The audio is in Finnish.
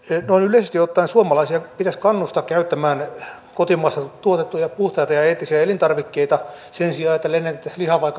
noin yleisesti ottaen suomalaisia pitäisi kannustaa käyttämään kotimaassa tuotettuja puhtaita ja eettisiä elintarvikkeita sen sijaan että lennätettäisiin lihaa vaikka brasiliasta